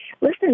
listen